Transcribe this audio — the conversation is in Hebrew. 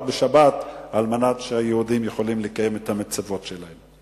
בשבת על מנת שהיהודים יוכלו לקיים את המצוות שלהם.